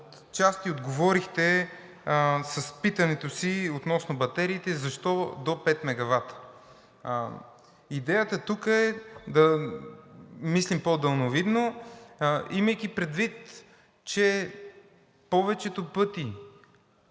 отчасти отговорихте с питането си относно батериите – защо до 5 мегавата. Идеята тук е да мислим по-далновидно. Имайки предвид, че повечето пъти